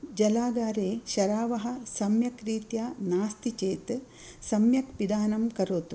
जलागारे शरावः सम्यक् रीत्या नास्ति चेत् सम्यक् पिदानं करोतु